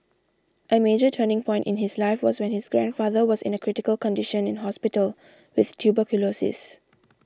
a major turning point in his life was when his grandfather was in a critical condition in hospital with tuberculosis